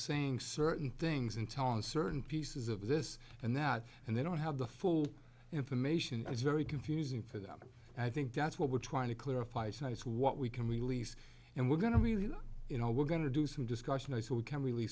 saying certain things and telling certain pieces of this and that and they don't have the full information and it's very confusing for them i think that's what we're trying to clarify so it's what we can release and we're going to you know we're going to do some discussion i said we can rel